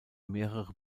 mehrere